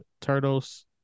Turtles